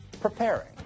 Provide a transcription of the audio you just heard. preparing